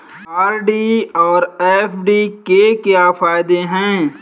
RD और FD के क्या फायदे हैं?